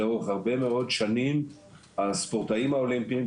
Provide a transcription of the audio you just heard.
שלאורך הרבה מאוד שנים הספורטאים האולימפיים,